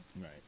Right